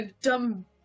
dumb